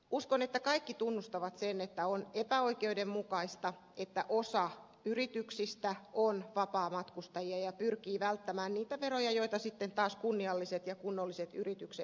uskon että kaikki tunnustavat sen että on epäoikeudenmukaista että osa yrityksistä on vapaamatkustajia ja pyrkii välttämään niitä veroja joita sitten taas kunnialliset ja kunnolliset yritykset maksavat